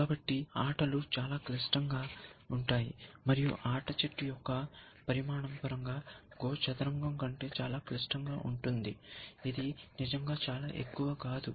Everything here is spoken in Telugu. కాబట్టి ఆటలు చాలా క్లిష్టంగా ఉంటాయి మరియు ఆట చెట్టు యొక్క పరిమాణం పరంగా GO చదరంగం కంటే చాలా క్లిష్టంగా ఉంటుంది ఇది నిజంగా చాలా ఎక్కువ కాదు